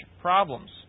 problems